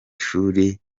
shuri